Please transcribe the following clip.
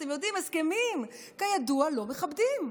אתם יודעים, הסכמים כידוע לא מכבדים.